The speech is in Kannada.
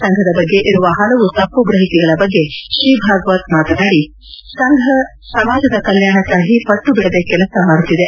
ಸಂಘದ ಬಗ್ಗೆ ಇರುವ ಹಲವು ತಪ್ಪು ಗ್ರಹಿಕೆಗಳ ಬಗ್ಗೆ ಶ್ರೀ ಭಾಗವತ್ ಮಾತನಾಡಿ ಸಂಘ ಸಮಾಜದ ಕಲ್ಕಾಣಕಾಗಿ ಪಟ್ಟುಬಿಡದೆ ಕೆಲಸ ಮಾಡುತ್ತಿದೆ